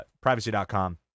privacy.com